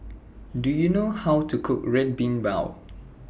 Do YOU know How to Cook Red Bean Bao